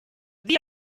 wie